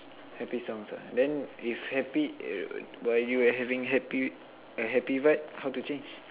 happy songs ah then if happy while you are having happy a happy vibe how to change